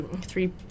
three